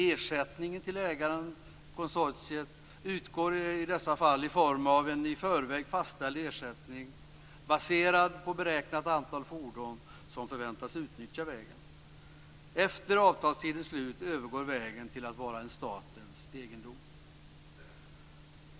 Ersättningen till ägaren, konsortiet, utgår i form av en i förväg fastställd ersättning, baserad på beräknat antal fordon som förväntas utnyttja vägen. Efter avtalstidens slut övergår vägen till att vara statens egendom.